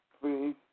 please